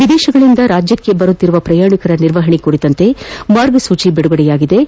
ವಿದೇಶಗಳಿಂದ ರಾಜ್ಯಕ್ಷೆ ಆಗಮಿಸುವ ಪ್ರಯಾಣಿಕರ ನಿರ್ವಹಣೆ ಕುರಿತಂತೆ ಮಾರ್ಗಸೂಚಿ ಬಿಡುಗಡೆಯಾಗಿದ್ದು